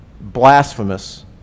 blasphemous